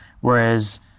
Whereas